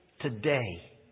today